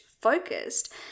Focused